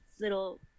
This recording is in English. little